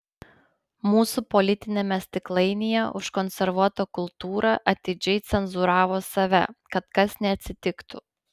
mūsų politiniame stiklainyje užkonservuota kultūra atidžiai cenzūravo save kad kas neatsitiktų